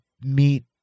meet